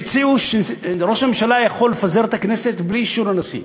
הם הציעו שראש הממשלה יכול לפזר את הכנסת בלי אישור הנשיא,